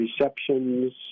receptions